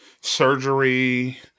surgery